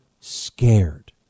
scared